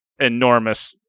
enormous